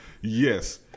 yes